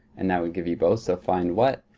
and that would give you both. so, find what?